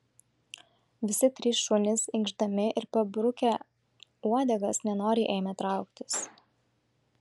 visi trys šunys inkšdami ir pabrukę uodegas nenoriai ėmė trauktis